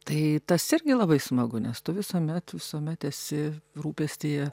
tai tas irgi labai smagu nes tu visuomet visuomet esi rūpestyje